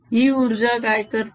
ही उर्जा काय करते